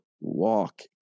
walk